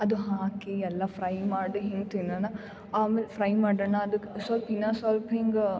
ಅದು ಹಾಕಿ ಎಲ್ಲ ಫ್ರೈ ಮಾಡಿ ಹಿಂಗೆ ತಿನ್ನೋಣ ಆಮೇಲೆ ಫ್ರೈ ಮಾಡೋಣ ಅದುಕ್ಕೆ ಸ್ವಲ್ಪ್ ಇನ್ನು ಸ್ವಲ್ಪ್ ಹಿಂಗೆ